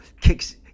kicks